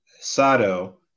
Sato